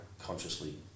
consciously